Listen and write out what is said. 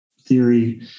theory